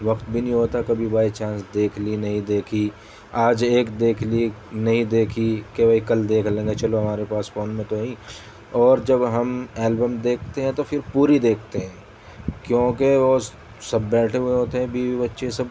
وقت بھی نہیں ہوتا کبھی بائی چانس دیکھ لی نہیں دیکھی آج ایک دیکھ لی نہیں دیکھی کہ بھئی کل دیکھ لیں گے چلو ہمارے پاس فون میں تو ہیں ہی اور جب ہم البم دیکھتے ہیں تو پھر پوری دیکھتے ہیں کیونکہ وہ سب بیٹھے ہوئے ہوتے ہیں بیوی بچے سب